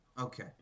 Okay